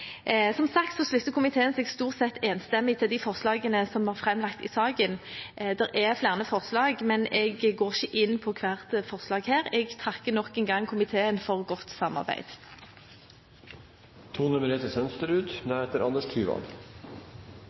Som sagt slutter komiteen seg stort sett enstemmig til de forslagene som er framlagt i saken. Det er flere forslag, men jeg går ikke inn på hvert forslag her. Jeg takker nok en gang komiteen for godt